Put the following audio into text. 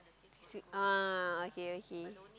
ah okay okay